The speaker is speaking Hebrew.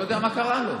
לא יודע מה קרה לו.